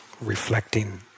reflecting